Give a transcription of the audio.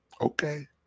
Okay